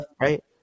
right